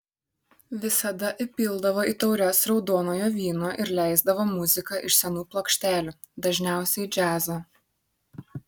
visada įpildavo į taures raudonojo vyno ir leisdavo muziką iš senų plokštelių dažniausiai džiazą